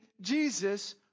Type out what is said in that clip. Jesus